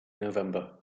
november